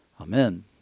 Amen